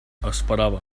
esperava